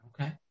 Okay